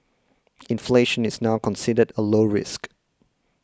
inflation is now considered a low risk